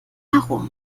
warum